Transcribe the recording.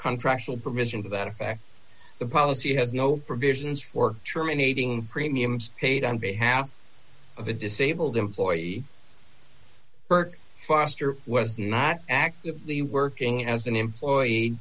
contractual provision to that effect the policy has no provisions for terminating premiums paid on behalf of a disabled employee berk foster was not actively working as an employee